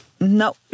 No